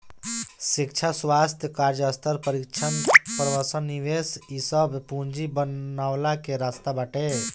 शिक्षा, स्वास्थ्य, कार्यस्थल प्रशिक्षण, प्रवसन निवेश इ सब पूंजी बनवला के रास्ता बाटे